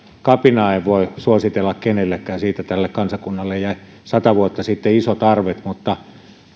kapinaa en voi suositella kenellekään siitä tälle kansakunnalle jäi sata vuotta sitten isot arvet mutta